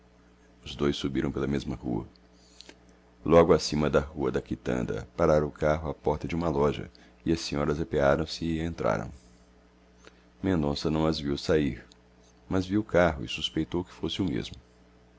os dois subiram pela mesma rua logo acima da rua da quitanda parara o carro à porta de uma loja e as senhoras apearam-se e entraram mendonça não as viu sair mas viu o carro e suspeitou que fosse o mesmo